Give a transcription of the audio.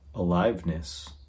Aliveness